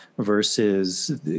versus